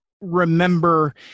remember